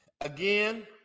Again